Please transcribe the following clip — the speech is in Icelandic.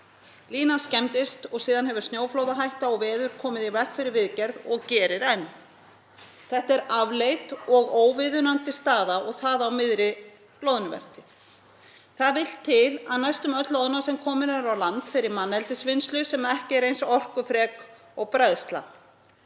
Línan skemmdist og síðan hefur snjóflóðahætta og veður komið í veg fyrir viðgerð og gerir enn. Þetta er afleit og óviðunandi staða og það á miðri loðnuvertíð. Það vill til að næstum öll loðna sem komin er á land fer í manneldisvinnslu sem ekki er eins orkufrek og bræðsla.